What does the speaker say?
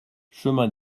chemin